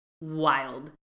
wild